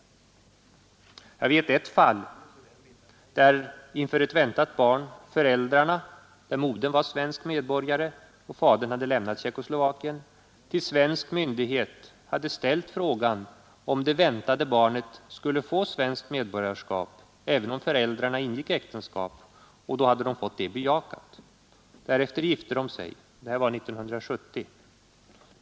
Jag vet ett fall där — inför ett väntat barn — föräldrarna, där modern var svensk medborgare och fadern lämnat Tjeckoslovakien, till svensk myndighet ställt frågan om det väntade barnet skulle få svenskt medborgarskap även om föräldrarna ingick äktenskap. De fick detta bejakat, och därefter gifte de sig. Detta var 1970.